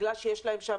בגלל שיש להם שם,